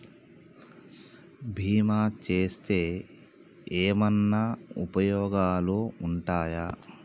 బీమా చేస్తే ఏమన్నా ఉపయోగాలు ఉంటయా?